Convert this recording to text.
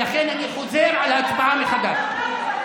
ולכן אני חוזר על ההצבעה מחדש.